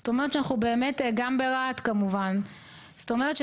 אז אני אומר --- זה הכי